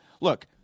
Look